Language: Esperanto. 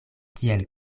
tiel